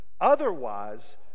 Otherwise